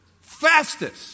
Fastest